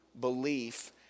belief